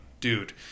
dude